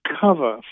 cover